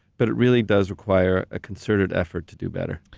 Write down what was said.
but it really does require a concerted effort to do better.